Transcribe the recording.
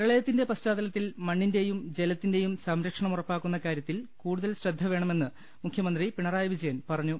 പ്രളയത്തിന്റെ പശ്ചാത്തലത്തിൽ മണ്ണിന്റെയും ജലത്തിന്റെയും സംരക്ഷണം ഉറപ്പാക്കുന്ന കാര്യത്തിൽ കൂടുതൽ ശ്രദ്ധ വേണമെന്ന് മുഖ്യമന്ത്രി പിണറായി വിജയൻ പറഞ്ഞു